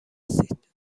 هستید